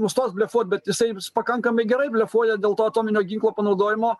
nustos blefuot bet jisai pakankamai gerai blefuoja dėl to atominio ginklo panaudojimo